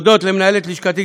למנהלת לשכתי,